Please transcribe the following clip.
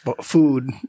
food